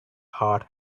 hard